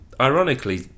ironically